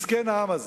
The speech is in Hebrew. מסכן העם הזה.